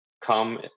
come